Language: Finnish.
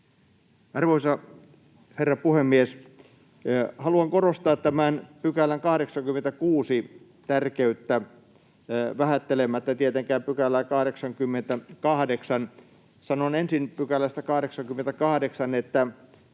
Arvoisa herra puhemies! Haluan korostaa tämän 86 §:n tärkeyttä vähättelemättä tietenkään 88 §:ää. Sanon ensin 88 §:stä, että